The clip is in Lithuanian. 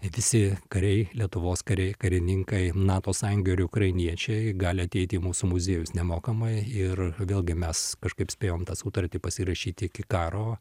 visi kariai lietuvos kariai karininkai nato sąjunga ir ukrainiečiai gali ateit į mūsų muziejus nemokamai ir vėlgi mes kažkaip spėjom tą sutartį pasirašyt iki karo